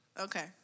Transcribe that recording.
Okay